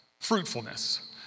fruitfulness